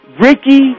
Ricky